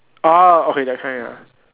ah okay that kind ah